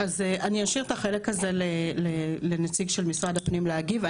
אני אשאיר את החלק הזה לנציג של משרד הפנים להגיב.